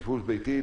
בידוד ביתי,